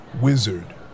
wizard